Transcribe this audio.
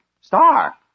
Star